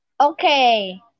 Okay